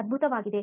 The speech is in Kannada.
ಅದ್ಭುತವಾಗಿದೆ